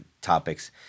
topics